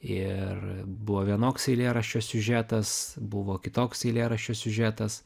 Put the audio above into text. ir buvo vienoks eilėraščio siužetas buvo kitoks eilėraščio siužetas